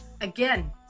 again